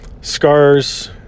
scars